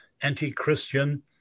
anti-Christian